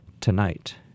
tonight